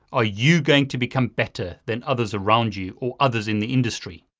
ah you going to become better than others around you, or others in the industry?